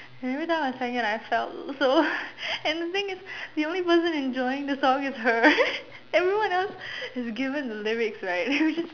and everytime I sang it I felt so and the thing is the only person enjoying the song is her everyone else has given the lyrics like and we just